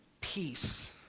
peace